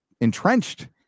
entrenched